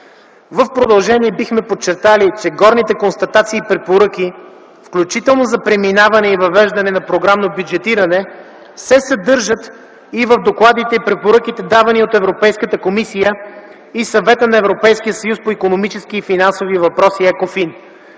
В продължение, бихме подчертали, че горните констатации и препоръки, включително за преминаване и въвеждане на програмното бюджетиране, се съдържат и в докладите и препоръките, давани от Европейската комисия и Съвета на Европейския съюз по икономически и финансови въпроси (ЕКОФИН),